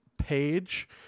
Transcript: page